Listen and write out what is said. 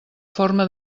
forma